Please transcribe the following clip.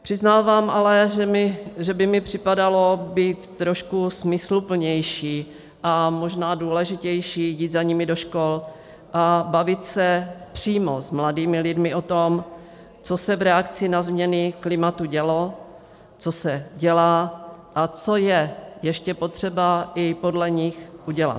Přiznávám ale, že by mi připadalo být trošku smysluplnější a možná důležitější jít za nimi do škol a bavit se přímo s mladými lidmi o tom, co se v reakci na změny klimatu dělo, co se dělá a co je ještě potřeba i podle nich udělat.